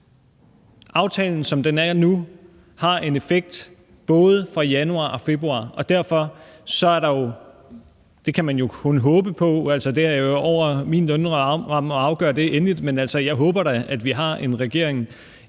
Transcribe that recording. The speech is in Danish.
Aftalen, som den er nu, har en effekt både for januar og februar. Man kan jo kun håbe på – altså, det er over min lønramme at afgøre det endeligt, men jeg håber da på det – at vi har en regering